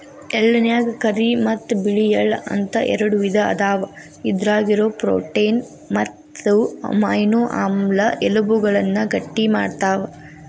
ಎಳ್ಳನ್ಯಾಗ ಕರಿ ಮತ್ತ್ ಬಿಳಿ ಎಳ್ಳ ಅಂತ ಎರಡು ವಿಧ ಅದಾವ, ಇದ್ರಾಗಿರೋ ಪ್ರೋಟೇನ್ ಮತ್ತು ಅಮೈನೋ ಆಮ್ಲ ಎಲಬುಗಳನ್ನ ಗಟ್ಟಿಮಾಡ್ತಾವ